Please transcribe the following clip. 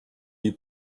you